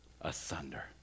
asunder